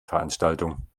veranstaltung